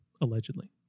allegedly